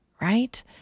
Right